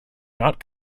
not